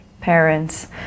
parents